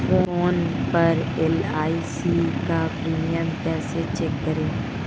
Phone पर LIC का premium कैसे चेक करें?